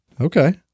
Okay